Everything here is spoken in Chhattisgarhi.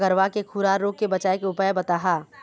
गरवा के खुरा रोग के बचाए के उपाय बताहा?